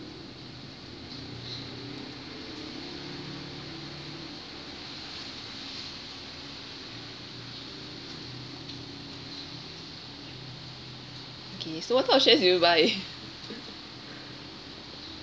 okay so what type of shares do you buy